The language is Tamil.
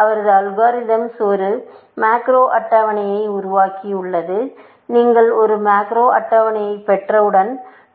அவரது அல்காரிதம்ஸ் ஒரு மேக்ரோ அட்டவணையை உருவாக்கியது நீங்கள் ஒரு மேக்ரோ அட்டவணையைப் பெற்றவுடன்